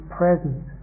presence